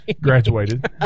graduated